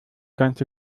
ganze